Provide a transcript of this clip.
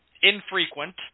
infrequent